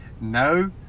No